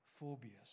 phobias